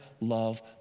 love